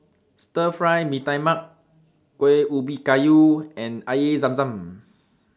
Stir Fry Mee Tai Mak Kuih Ubi Kayu and Air Zam Zam